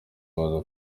baza